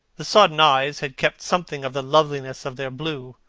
the sodden eyes had kept something of the loveliness of their blue,